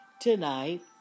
Tonight